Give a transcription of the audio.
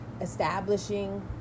establishing